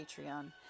patreon